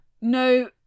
no